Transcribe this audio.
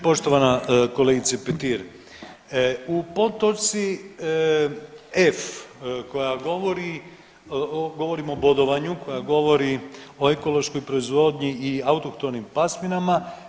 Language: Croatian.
Poštovana kolegice Petir, u podtočci f) koja govori, govorim o bodovanju, koja govori o ekološkoj proizvodnji i autohtonim pasminama.